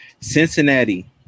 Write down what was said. Cincinnati